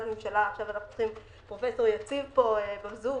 פרופ' יציב פה בזום,